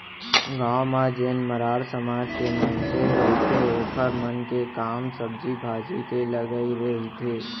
गाँव म जेन मरार समाज के मनसे रहिथे ओखर मन के काम सब्जी भाजी के लगई रहिथे